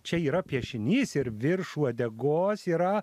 čia yra piešinys ir virš uodegos yra